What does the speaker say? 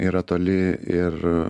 yra toli ir